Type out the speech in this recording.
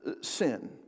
sin